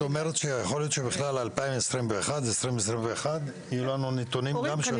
את אומרת שיכול להיות שב-2021 יהיו לנו גם נתונים שונים.